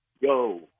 yo